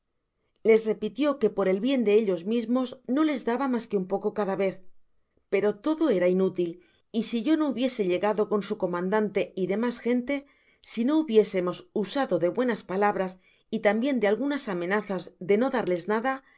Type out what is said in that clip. les repitió que por el bien de ellos mismos no les daba mas que un poco de cada vez pero todo era inútil y si yo no hubiese llegado con su comandante y demas gente si no hubiésemos usado de buenas palabras y tambien de algunas amenazas de no darles nada